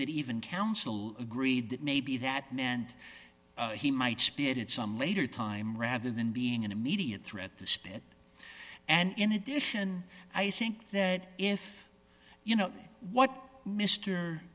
that even counsel agreed that maybe that now and he might speed at some later time rather than being an immediate threat the spit and in addition i think that if you know what mr